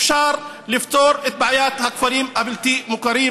אפשר לפתור את בעיית הכפרים הבלתי-מוכרים.